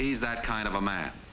he's that kind of a man